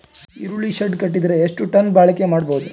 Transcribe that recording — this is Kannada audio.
ಈರುಳ್ಳಿ ಶೆಡ್ ಕಟ್ಟಿದರ ಎಷ್ಟು ಟನ್ ಬಾಳಿಕೆ ಮಾಡಬಹುದು?